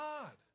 God